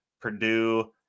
Purdue